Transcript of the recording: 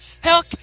Hell